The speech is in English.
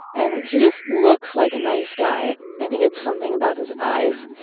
and he just looks like a nice guy. i think it's something about his eyes,